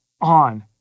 on